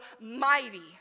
mighty